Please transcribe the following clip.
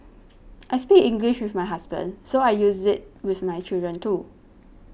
I speak English with my husband so I use it with my children too